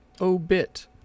obit